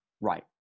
Right